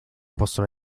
possono